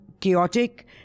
chaotic